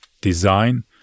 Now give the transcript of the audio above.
design